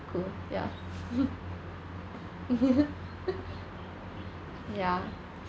cool ya ya